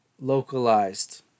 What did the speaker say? Localized